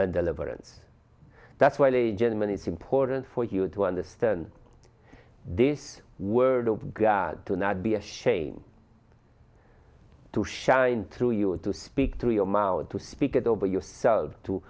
and deliverance that's well a gentleman it's important for you to understand this word of god to not be ashamed to shine through you or to speak through your mouth to speak it over yourself to